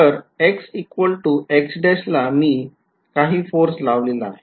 तर xx' ला मी काही फोर्स लावलेला आहे